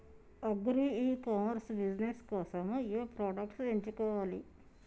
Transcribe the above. Agri e commerce business కోసము ఏ products ఎంచుకోవాలి?